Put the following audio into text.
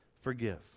forgive